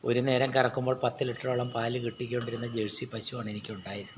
ഒരുനേരം കറക്കുമ്പോൾ പത്ത് ലിറ്ററോളം പാല് കിട്ടിക്കൊണ്ടിരുന്ന ജേഴ്സി പശുവാണെനിക്ക് ഉണ്ടായിരുന്നത്